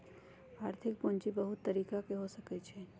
आर्थिक पूजी बहुत तरिका के हो सकइ छइ